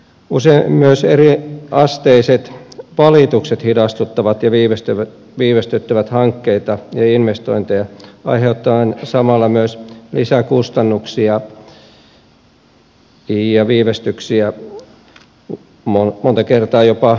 usein myös eriasteiset valitukset hidastuttavat ja viivästyttävät hankkeita ja investointeja aiheuttaen samalla myös lisäkustannuksia ja viivästyksiä monta kertaa jopa vuosilla